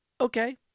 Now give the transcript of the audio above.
Okay